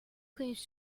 claims